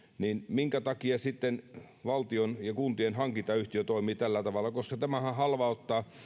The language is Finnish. minkä takia valtion ja kuntien hankintayhtiö toimii tällä tavalla tämähän halvauttaa